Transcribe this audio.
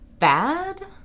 bad